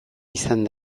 izan